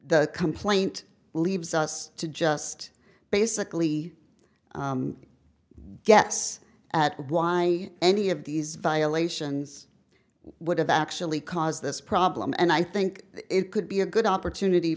the complaint leaves us to just basically guess at why any of these violations would have actually caused this problem and i think it could be a good opportunity